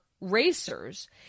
racers